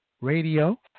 Radio